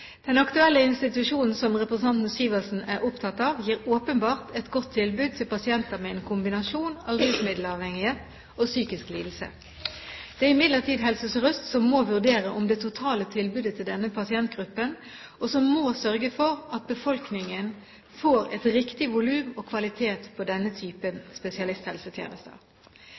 Den aktuelle institusjonen som representanten Syversen er opptatt av, gir åpenbart et godt tilbud til pasienter med en kombinasjon av rusmiddelavhengighet og psykisk lidelse. Det er imidlertid Helse Sør-Øst som må vurdere det totale tilbudet til denne pasientgruppen, og som må sørge for at befolkningen får et riktig volum og kvalitet på denne typen spesialisthelsetjenester.